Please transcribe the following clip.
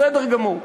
בסדר גמור.